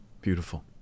Beautiful